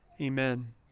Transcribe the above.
Amen